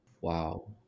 Wow